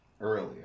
earlier